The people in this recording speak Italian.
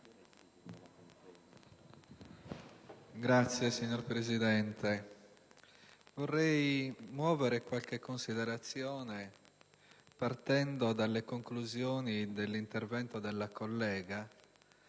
*(PD)*. Signor Presidente, vorrei muovere qualche considerazione partendo dalle conclusioni dell'intervento della collega